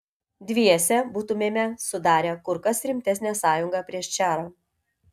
dviese būtumėme sudarę kur kas rimtesnę sąjungą prieš čarą